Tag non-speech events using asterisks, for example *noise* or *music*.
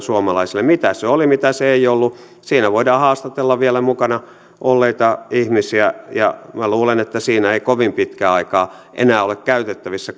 *unintelligible* suomalaisille mitä se oli mitä se ei ollut siinä voidaan haastatella vielä mukana olleita ihmisiä ja minä luulen että siinä ei kovin pitkää aikaa enää ole käytettävissä *unintelligible*